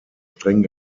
streng